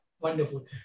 wonderful